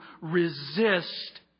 resist